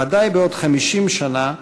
ודאי בעוד 50 שנה,